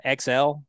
xl